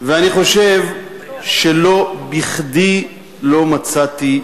ואני חושב שלא בכדי לא מצאתי.